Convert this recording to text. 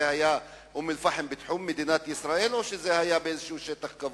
זה היה אום-אל-פחם בתחום מדינת-ישראל או שזה היה באיזשהו שטח כבוש?